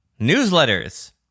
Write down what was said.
newsletters